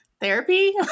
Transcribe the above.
therapy